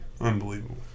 unbelievable